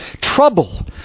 trouble